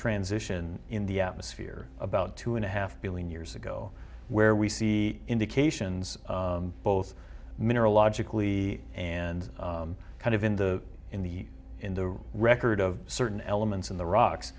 transition in the atmosphere about two and a half billion years ago where we see indications both mineral logically and kind of in the in the in the record of certain elements in the rocks